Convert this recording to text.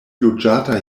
loĝata